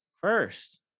first